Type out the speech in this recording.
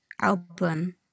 album